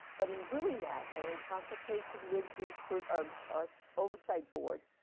but in doing that and in consultation with the crew, or or oversight board,